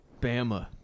Bama